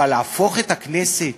אבל להפוך את הכנסת